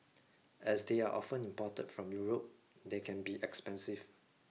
as they are often imported from Europe they can be expensive